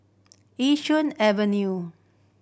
Yishun Avenue